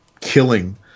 killing